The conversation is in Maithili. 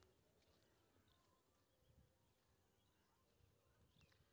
डेबिट कार्डक पिन नेट बैंकिंग सं, बैंंक जाके अथवा ए.टी.एम सं रीसेट कैल जा सकैए